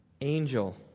angel